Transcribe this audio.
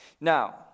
Now